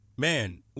Man